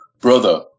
brother